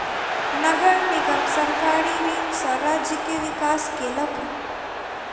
नगर निगम सरकारी ऋण सॅ राज्य के विकास केलक